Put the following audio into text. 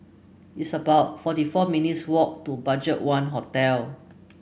it's about forty four minutes walk to BudgetOne Hotel